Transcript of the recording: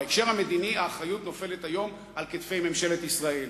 בהקשר המדיני האחריות נופלת היום על כתפי ממשלת ישראל.